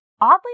Oddly